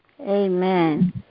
Amen